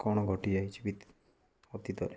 କଣ ଘଟିଯାଇଛି ବିତ୍ ଅତୀତରେ